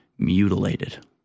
Mutilated